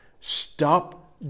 Stop